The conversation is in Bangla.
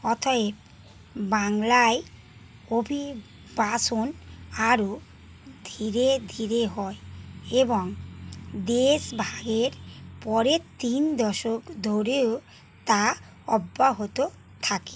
অতএব বাংলায় অভিবাসন আরও ধীরে ধীরে হয় এবং দেশভাগের পরের তিন দশক ধরেও তা অব্যাহত থাকে